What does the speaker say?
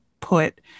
put